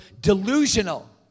delusional